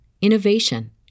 innovation